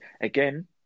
again